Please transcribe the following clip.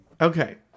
Okay